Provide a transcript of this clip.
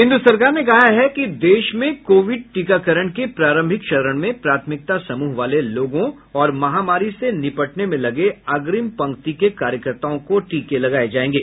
केन्द्र सरकार ने कहा है कि देश में कोविड टीकाकरण के प्रारंभिक चरण में प्राथमिकता समूह वाले लोगों और महामारी से निपटने में लगे अग्रिम पंक्ति के कार्यकर्ताओं को टीके लगाये जाएंगे